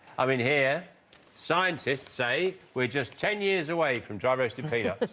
i mean here scientists say we're just ten years away from dry-roasted peter